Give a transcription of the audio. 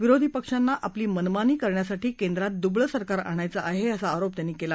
विरोधी पक्षांना आपली मनमानी करण्यासाठी केंद्रात दुबळं सरकार आणायचं आहे असा आरोप त्यांनी केला